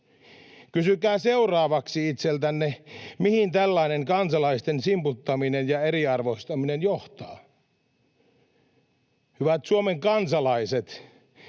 Kysykää seuraavaksi itseltänne, mihin tällainen kansalaisten simputtaminen ja eriarvoistaminen johtaa. Hyvät Suomen kansalaiset,